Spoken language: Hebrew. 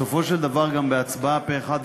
בסופו של דבר גם בהצבעה פה-אחד,